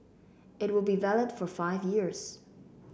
it will be valid for five years